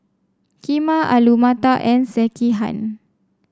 Kheema Alu Matar and Sekihan